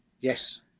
Yes